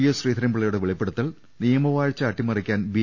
S ശ്രീധരൻപിള്ളയുടെ വെളിപ്പെടുത്തൽ നിയമവാഴ്ച അട്ടിമറിക്കാൻ ബി